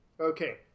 Okay